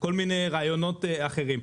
כל מיני רעיונות אחרים.